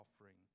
offering